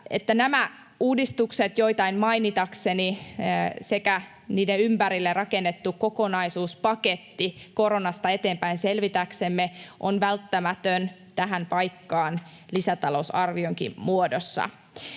nämä uudistukset, joitain mainitakseni, sekä niiden ympärille rakennettu kokonaisuuspaketti koronasta eteenpäin selvitäksemme ovat välttämättömiä tähän paikkaan lisätalousarvionkin muodossa.